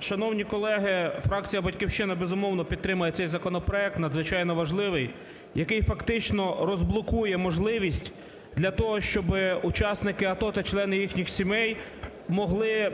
Шановні колеги, фракція "Батьківщина", безумовно, підтримує цей законопроект надзвичайно важливий, який фактично розблокує можливість для того, щоб учасники АТО та члени їхніх сімей могли